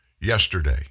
yesterday